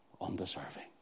undeserving